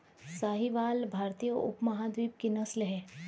साहीवाल भारतीय उपमहाद्वीप की नस्ल है